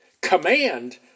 Command